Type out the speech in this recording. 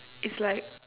it's